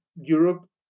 Europe